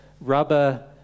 rubber